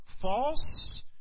false